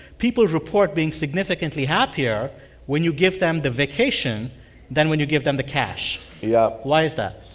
people report being significantly happier when you give them the vacation than when you give them the cash yep why is that?